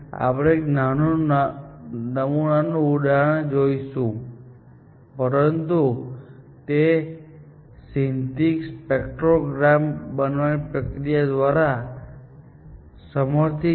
આપણે એક નાના નમૂનાનું ઉદાહરણ જોઈશું પરંતુ તે સિન્થેટિક સ્પેક્ટ્રોગ્રામ બનાવવાની પ્રક્રિયા દ્વારા સમર્થિત છે